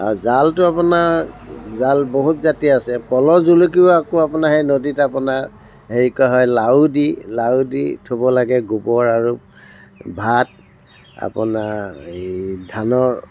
জালটো আপোনাৰ জাল বহুত জাতিৰ আছে পল জুলুকিও আকৌ আপোনাৰ সেই নদীত আপোনাৰ হেৰি কৰা হয় লাৰু দি লাৰু দি থ'ব লাগে গোবৰ আৰু ভাত আপোনাৰ এই ধানৰ